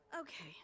Okay